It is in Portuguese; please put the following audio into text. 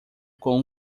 com